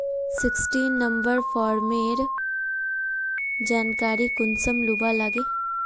Sixteen number farmer जानकारी कुंसम लुबा लागे?